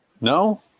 No